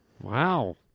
Wow